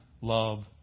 love